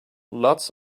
lots